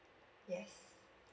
yes